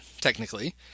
technically